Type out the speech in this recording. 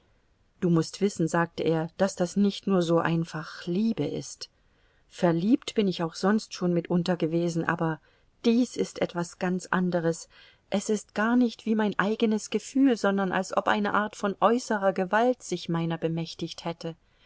du mußt wissen sagte er daß das nicht nur so einfach liebe ist verliebt bin ich auch sonst schon mitunter gewesen aber dies ist etwas ganz anderes es ist gar nicht wie mein eigenes gefühl sondern als ob eine art von äußerer gewalt sich meiner bemächtigt hätte